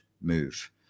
move